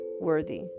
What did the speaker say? worthy